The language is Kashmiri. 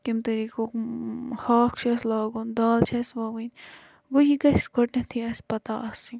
کمہِ طریٖقُک ہاکھ چھُ اَسہِ لاگُن دال چھِ اَسہِ وَوٕنۍ وۄنۍ یہِ گَژھِ گۄڈنیٚتھٕے اَسہِ پَتہ آسٕنۍ